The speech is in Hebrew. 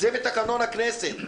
זה בתקנון הכנסת.